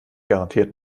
garantiert